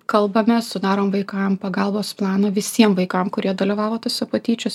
kalbamės sudarom vaikam pagalbos planą visiem vaikam kurie dalyvavo tose patyčios